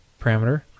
parameter